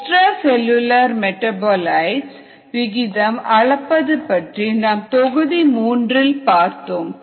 extra cellular metabolites விகிதம் அளப்பது பற்றி நாம் தொகுதி 3ல் பார்த்தோம்